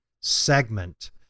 segment